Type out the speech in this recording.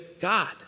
God